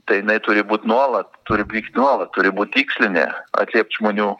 tai jinai turi būt nuolat turi vykt nuolat turi būt tikslinė atliept žmonių